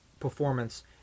performance